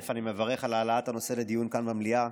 אני מברך על העלאת הנושא לדיון במליאה.